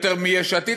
יותר מיש עתיד,